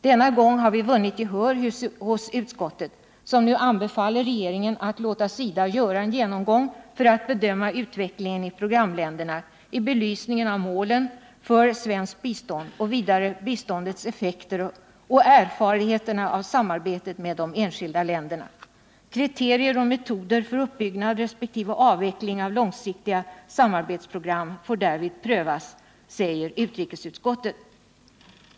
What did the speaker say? Denna gång har vi vunnit gehör i utskottet, som anbefaller regeringen att låta SIDA göra en genomgång för att bedöma utvecklingen i programländerna i belysningen av målen för svenskt bistånd och vidare biståndets effekter och erfarenheterna av samarbetet med de enskilda länderna. Kriterier och metoder för uppbyggnad och avveckling av långsiktiga samarbetsprogram får därvid prövas, säger utrikesutskottet.